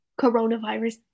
coronavirus